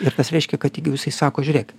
ir kas reiškia kad jeigu jisai sako žiūrėk